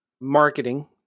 marketing